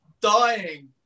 dying